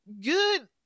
good